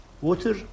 Water